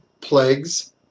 plagues